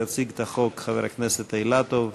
יציג את החוק חבר הכנסת אילטוב.